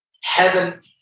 Heaven